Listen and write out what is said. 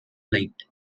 light